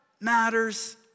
matters